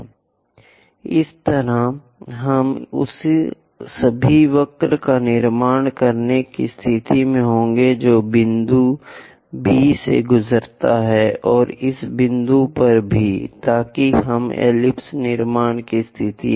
3 इस तरह हम उस सभी वक्र का निर्माण करने की स्थिति में होंगे जो B बिंदु से गुजरता है और इस बिंदु पर भी ताकि हम एलिप्स निर्माण की स्थिति